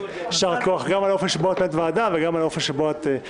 יישר כוח גם על האופן שבו את מנהלת ועדה וגם